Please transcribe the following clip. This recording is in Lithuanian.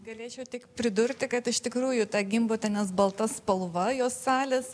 galėčiau tik pridurti kad iš tikrųjų ta gimbutienės balta spalva jos salės